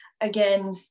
again